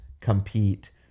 compete